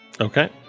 Okay